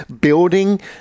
building